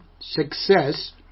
success